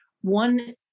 one